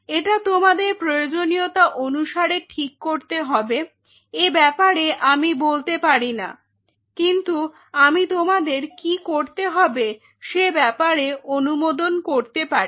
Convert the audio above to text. এটা তোমাদের প্রয়োজনীয়তা অনুসারে ঠিক করতে হবে এ ব্যাপারে আমি বলতে পারিনা কিন্তু আমি তোমাদের কি করতে হবে সে ব্যাপারে অনুমোদন করতে পারি